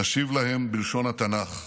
נשיב להם בלשון התנ"ך: